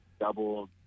double